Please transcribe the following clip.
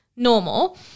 normal